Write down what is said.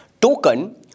token